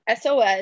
SOS